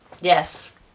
Yes